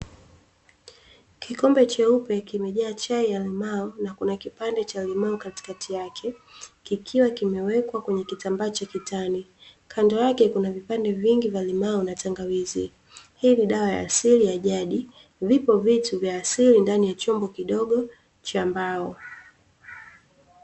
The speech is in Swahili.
Kikombe cheupe kimejaa chai ya limau na kuna kipande cha limau; katikati yake kikiwa kimewekwa kwenye kitambaa cha kitani kando yake kuna vipande vingi vya limau na tangawizi. Hii dawa ya asili ya jadi vipo vitu vya asili ndani ya chombo kidogo cha mbao.